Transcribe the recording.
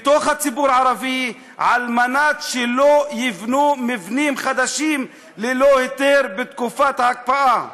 בתוך הציבור הערבי על מנת שלא יבנו מבנים חדשים ללא היתר בתקופת ההקפאה.